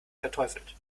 verteufelt